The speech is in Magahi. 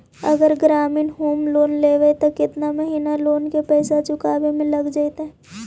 अगर ग्रामीण होम लोन लेबै त केतना महिना लोन के पैसा चुकावे में लग जैतै?